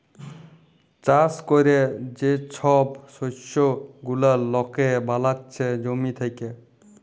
চাষ ক্যরে যে ছব শস্য গুলা লকে বালাচ্ছে জমি থ্যাকে